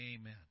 amen